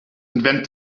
invent